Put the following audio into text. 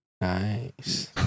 Nice